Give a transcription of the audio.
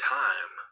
time